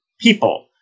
people